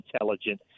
intelligent